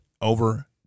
over